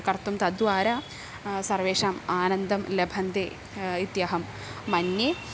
कर्तुं तद्वारा सर्वेषाम् आनन्दं लेभन्ते इत्यहं मन्ये